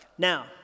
Now